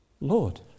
lord